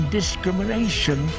discrimination